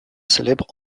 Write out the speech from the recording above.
célèbre